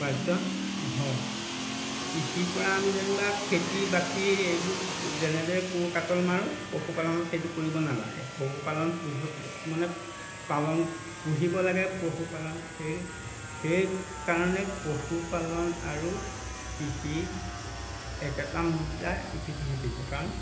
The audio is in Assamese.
উপাৰ্জন হয় কৃষিৰপৰা আমি যেনিবা খেতি বাতি এইবোৰ যেনেদৰে কোৰ কাটল মাৰোঁ পশুপালনত সেইটো কৰিব নালাগে পশু পালন পোহা মানে পালন পুহিব লাগে পশুপালন সেই সেইকাৰণে পশুপালন আৰু কৃষি একেটা মুদ্ৰাৰ ইপিঠি সিপিঠি কাৰণ